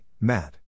Matt